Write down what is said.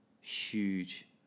huge